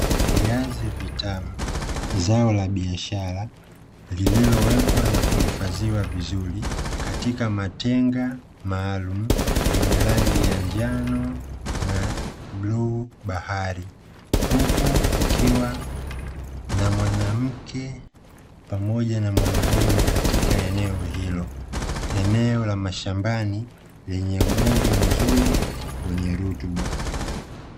Viazi vitamu, zao la biashara lililowekwa na kuhifadhiwa vizuri katika matenga maalumu yenye rangi ya njano na bluu bahari. Huku kukiwa na mwanamke pamoja na mwanaume katika eneo hilo, eneo la mashambani lenye udongo mzuri wenye rutuba.